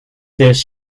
this